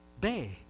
Bay